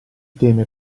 teme